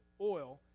oil